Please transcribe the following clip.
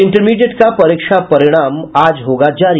और इंटरमीडिएट का परीक्षा परिणाम आज होगा जारी